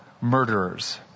murderers